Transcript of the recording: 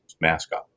mascot